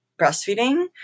breastfeeding